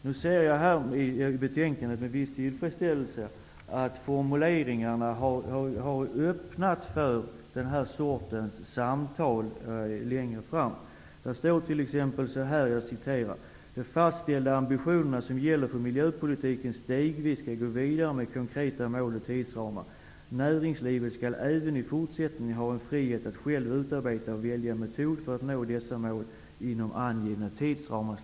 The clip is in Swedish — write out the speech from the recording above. Nu ser jag med viss tillfredsställelse i betänkandet att formuleringarna har öppnat för den här sortens samtal längre fram. Det står t.ex. så här: De fastställda ambitionerna som gäller för miljöpolitiken skall stegvis gå vidare med konkreta mål och tidsramar. Näringslivet skall även i fortsättningen ha en frihet att själv utarbeta och välja metod för att nå detta mål inom angivna tidsramar.